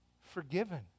forgiven